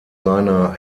seiner